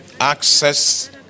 Access